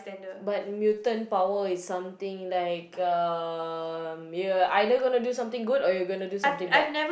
but mutant power is something like um you're either gonna do something good or you're gonna do something bad